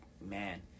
man